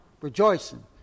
rejoicing